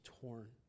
torn